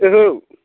ओहो